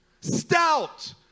stout